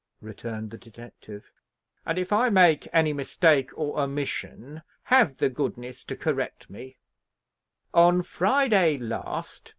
returned the detective and, if i make any mistake or omission, have the goodness to correct me on friday last,